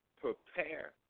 Prepare